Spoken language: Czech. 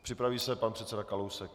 Připraví se pan předseda Kalousek.